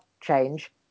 change